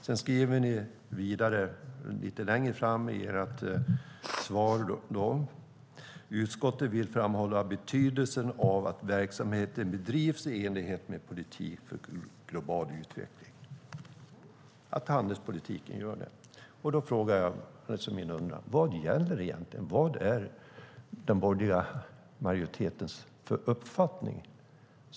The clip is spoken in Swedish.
Vidare skriver ni lite längre fram att utskottet vill framhålla betydelsen av att verksamheten bedrivs i enlighet med en politik för global utveckling, det vill säga att handelspolitiken gör det. Vad gäller egentligen? Vad är den borgerliga majoritetens uppfattning?